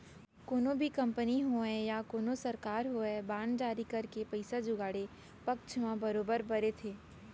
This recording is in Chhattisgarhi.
कोनो भी कंपनी होवय या कोनो सरकार होवय बांड जारी करके पइसा जुगाड़े पक्छ म बरोबर बरे थे